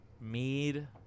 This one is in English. mead